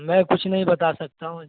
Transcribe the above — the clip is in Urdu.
میں کچھ نہیں بتا سکتا ہوں